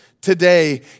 today